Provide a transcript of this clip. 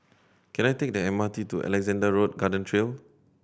can I take the M R T to Alexandra Road Garden Trail